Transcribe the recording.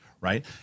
Right